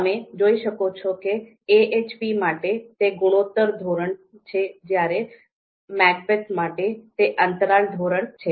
તમે જોઈ શકો છો કે AHP માટે તે ગુણોત્તર ધોરણ છે જ્યારે MACBETH માટે તે અંતરાલ ધોરણ છે